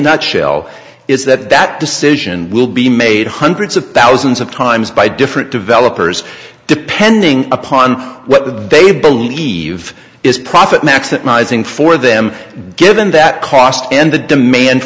nutshell is that that decision will be made hundreds of thousands of times by different developers depending upon what they believe is profit maximizing for them given that cost and the demand